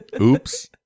Oops